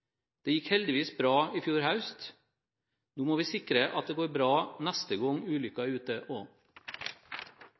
Det gikk heldigvis bra i fjor høst. Nå må vi sikre at det går bra neste gang ulykken er ute